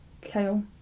kale